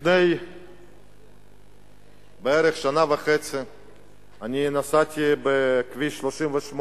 לפני כשנה וחצי נסעתי בכביש 38,